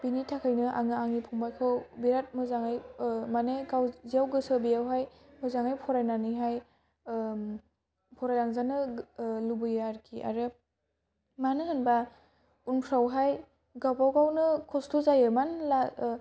बिनि थाखायनो आङो आनि फंबाइखौ बेराद मोजाङै मानि गाव जेयाव गोसो बेयावहाय मोजाङै फराय नानैहाय फरायलांजानो लुबैयो आरोखि आरो मानो होनोब्ला उनफ्रावहाय गाबागावनो खस्थ' जायो मानो होनोब्ला